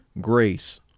grace